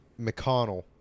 McConnell